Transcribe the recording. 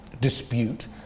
dispute